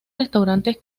restaurantes